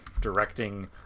directing